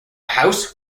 house